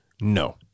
No